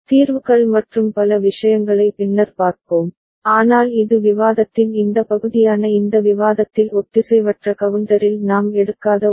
தீர்வுகள் மற்றும் பல விஷயங்களை பின்னர் பார்ப்போம் ஆனால் இது விவாதத்தின் இந்த பகுதியான இந்த விவாதத்தில் ஒத்திசைவற்ற கவுண்டரில் நாம் எடுக்காத ஒன்று